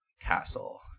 castle